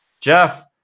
Jeff